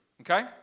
Okay